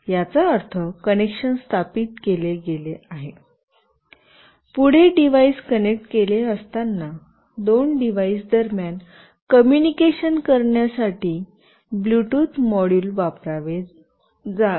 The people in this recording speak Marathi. याचा अर्थ कनेक्शन स्थापित केले गेले आहे पुढे डिव्हाइस कनेक्ट केलेले असताना दोन डिव्हाइस दरम्यान कम्युनिकेशन करण्यासाठी ब्लूटूथ मॉड्यूल वापरले जाईल